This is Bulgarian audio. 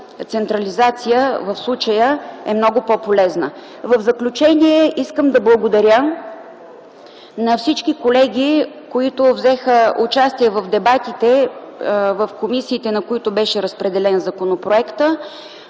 централизация в случая е много по-полезна. В заключение, искам да благодаря на всички колеги, които взеха участие в дебатите в комисиите, в които беше разпределен законопроектът.